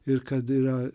ir kad yra